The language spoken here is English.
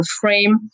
frame